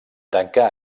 tancar